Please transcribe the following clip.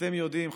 ואתם יודעים,